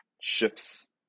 shifts